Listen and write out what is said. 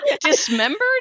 dismembered